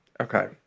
okay